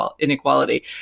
inequality